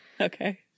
Okay